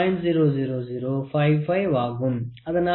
00055 ஆகும்